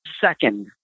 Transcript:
second